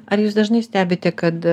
ar jūs dažnai stebite kad